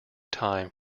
time